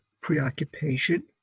preoccupation